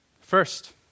First